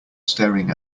staring